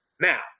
Now